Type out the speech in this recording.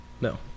No